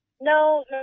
No